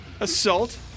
Assault